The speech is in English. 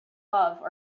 love